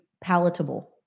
palatable